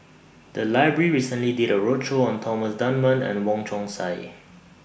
The Library recently did A roadshow on Thomas Dunman and Wong Chong Sai